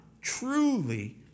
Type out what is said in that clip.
truly